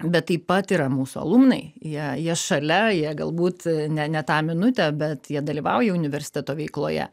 bet taip pat yra mūsų alumnai jie jie šalia jie galbūt ne ne tą minutę bet jie dalyvauja universiteto veikloje